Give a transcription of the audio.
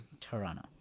toronto